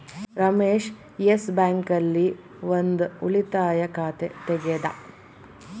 Ramesh Yes Bank ಆಲ್ಲಿ ಒಂದ್ ಉಳಿತಾಯ ಖಾತೆ ತೆಗೆದ